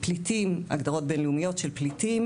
בהגדרות בין-לאומיות של פליטים.